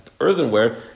earthenware